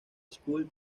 school